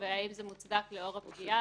והאם זה מוצדק בשל הפגיעה.